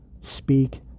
speak